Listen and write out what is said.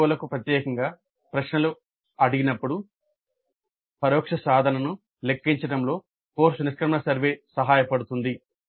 CO లకు ప్రత్యేకంగా ప్రశ్నలు అడిగినప్పుడు పరోక్ష సాధనను లెక్కించడంలో కోర్సు నిష్క్రమణ సర్వే సహాయ పడుతుంది